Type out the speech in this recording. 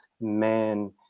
man